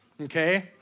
okay